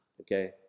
okay